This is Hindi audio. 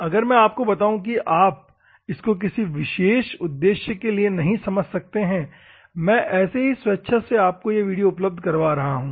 अगर मैं आपको बताओ कि आप इसको किसी विशेष उद्देश्य के लिए नहीं समझ सकते है मैं ऐसे ही स्वेच्छा से आपको यह वीडियो उपलब्ध करवा रहा हूं